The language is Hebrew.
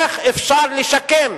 איך אפשר לשקם,